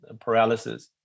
paralysis